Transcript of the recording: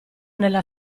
nella